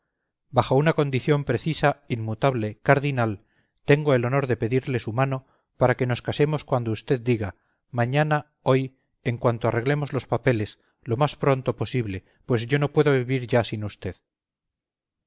bajo una condición precisa inmutable cardinal tengo el honor de pedirle su mano para que nos casemos cuando usted diga mañana hoy en cuanto arreglemos los papeles lo más pronto posible pues yo no puedo vivir ya sin usted